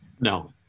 No